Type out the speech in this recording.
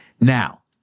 Now